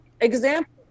example